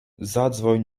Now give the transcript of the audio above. zadzwoń